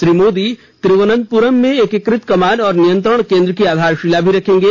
श्री मोदी तिरुवनंतपुरम में एकीकृत कमान और नियंत्रण केंद्र की आधारशिला भी रखेंगे